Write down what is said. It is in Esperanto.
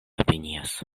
opinias